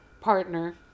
partner